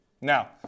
now